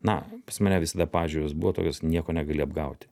na pas mane visada pažiūros buvo tokios nieko negali apgauti